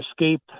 escape